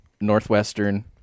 Northwestern